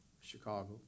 Chicago